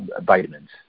vitamins